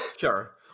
sure